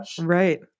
Right